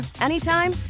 anytime